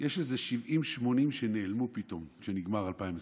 יש איזה 70 80 שנעלמו פתאום כשנגמרה 2021,